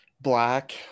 black